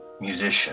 musician